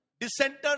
Dissenters